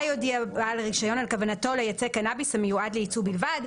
יודיע בעל הרישיון על כוונתו לייצא קנאביס המיועד לייצוא בלבד".